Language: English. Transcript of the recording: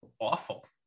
awful